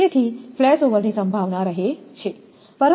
તેથી ફ્લેશઓવરની સંભાવના રહે છે